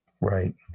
Right